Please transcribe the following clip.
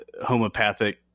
homopathic